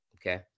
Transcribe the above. okay